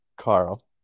Carl